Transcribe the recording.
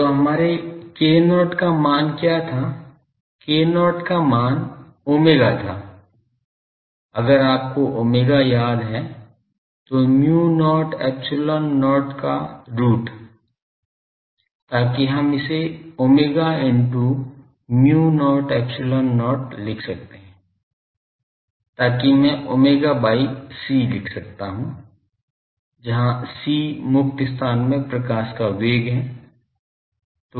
तो हमारे k0 का मान क्या था k0 का मान ओमेगा था अगर आपको omega याद है तो mu not epsilon not का रूट ताकि हम इसे omega into mu not epsilon not लिख सकते है ताकि मैं omega by c लिख सकता हूँ जहां c मुक्त स्थान में प्रकाश का वेग है